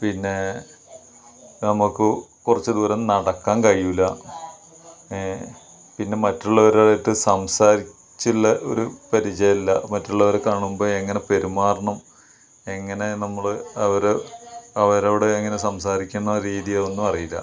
പിന്നെ നമുക്ക് കുറച്ച് ദൂരം നടക്കാന് കഴിയില്ല ഏ പിന്നെ മറ്റുള്ളവരുമായിട്ട് സംസാരിച്ചുള്ള ഒരു പരിചയം ഇല്ല മറ്റുള്ളവരെ കാണുമ്പോള് എങ്ങനെ പെരുമാറണം എങ്ങനെ നമ്മള് അവര് അവരോട് എങ്ങനെ സംസാരിക്കുന്ന രീതിയൊന്നുമറിയില്ല